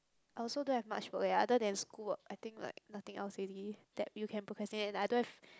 I also don't have much work eh other than school work I think like nothing else already that you can procrastinate that I don't have